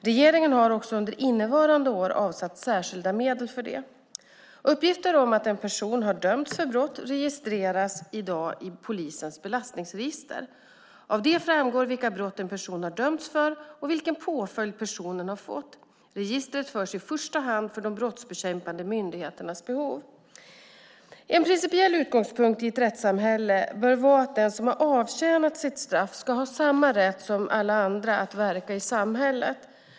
Regeringen har även under innevarande år avsatt särskilda medel för detta. Uppgifter om att en person har dömts för brott registreras i dag i polisens belastningsregister. Av detta framgår vilka brott en person har dömts för och vilken påföljd personen har fått. Registret förs i första hand för de brottsbekämpande myndigheternas behov. En principiell utgångspunkt i ett rättssamhälle bör vara att den som har avtjänat sitt straff ska ha samma rätt som alla andra att verka i samhället.